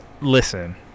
Listen